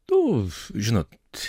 nu žinot